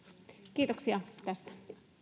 kiitoksia tästä